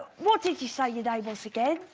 what did you say your davis again?